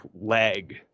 leg